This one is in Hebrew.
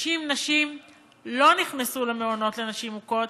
כ-60 נשים לא נכנסו למעונות לנשים מוכות